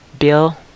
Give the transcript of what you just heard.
Bill